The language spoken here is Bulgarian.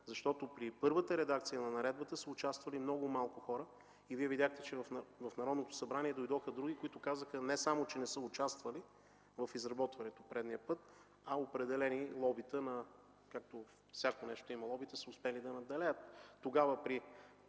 съвет. При първата редакция на наредбата са участвали много малко хора и Вие видяхте, че в Народното събрание дойдоха други, които казаха не само, че не са участвали в изработването предния път, а определени лобита, както всяко нещо има лобита, са успели да надделеят при